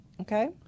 Okay